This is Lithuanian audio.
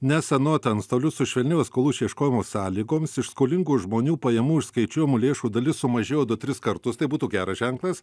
nes anot antstolių sušvelnėjus skolų išieškojimo sąlygoms iš skolingų žmonių pajamų išskaičiuojamų lėšų dalis sumažėjo du tris kartus tai būtų geras ženklas